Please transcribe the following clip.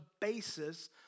basis